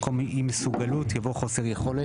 במקום 'אי מסוגלות' יבוא 'חוסר יכולת'.